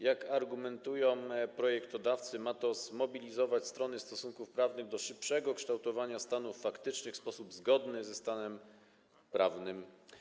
Jak argumentują projektodawcy, ma to zmobilizować strony stosunków prawnych do szybszego kształtowania stanów faktycznych w sposób zgodny ze stanem prawnym.